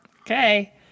Okay